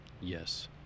yes